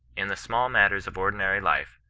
in the small matters of ordinary life,